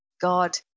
God